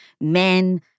men